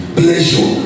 pleasure